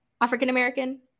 African-American